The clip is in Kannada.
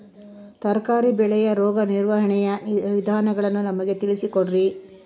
ತರಕಾರಿ ಬೆಳೆಯ ರೋಗ ನಿರ್ವಹಣೆಯ ವಿಧಾನಗಳನ್ನು ನಮಗೆ ತಿಳಿಸಿ ಕೊಡ್ರಿ?